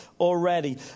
already